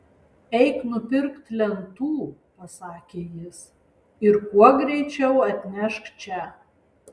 eik nupirk lentų pasakė jis ir kuo greičiau atnešk čia